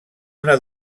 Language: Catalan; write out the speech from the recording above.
una